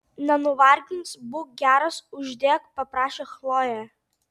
nenuvargins būk geras uždėk paprašė chlojė